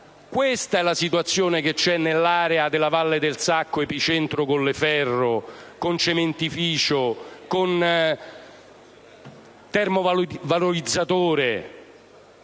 questa è la situazione che c'è nell'area della valle del Sacco, epicentro Colleferro, con un cementificio, con un termovalorizzatore,